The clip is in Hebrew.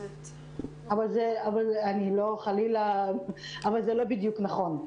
אני חלילה לא, אבל זה לא בדיוק נכון.